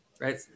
right